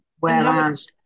Whereas